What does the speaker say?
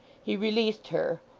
he released her,